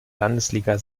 landesliga